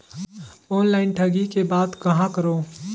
Online ठगी के बाद कहां करों?